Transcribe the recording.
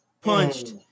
punched